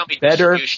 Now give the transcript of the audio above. better